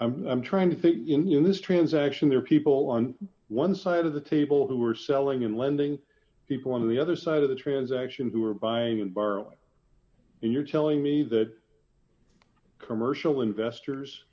i'm i'm trying to think in this transaction there are people on one side of the table who are selling and lending people on the other side of the transaction who are buying and borrow and you're telling me that commercial investors